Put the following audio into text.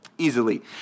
easily